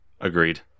Agreed